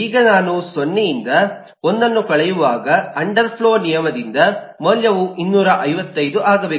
ಈಗ ನಾನು 0 ರಿಂದ 1 ಅನ್ನು ಕಳೆಯುವಾಗ ಅಂಡರ್ ಫ್ಲೋ ನಿಯಮದಿಂದ ಮೌಲ್ಯವು 255 ಆಗಬೇಕು